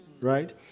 right